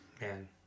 man